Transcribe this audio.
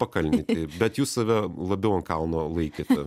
pakalnėj taip bet jūs save labiau ant kalno laikėte